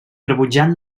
rebutjant